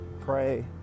pray